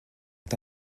est